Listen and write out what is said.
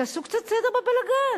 תעשו קצת סדר בבלגן.